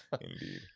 Indeed